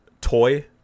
toy